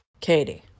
Katie